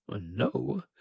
No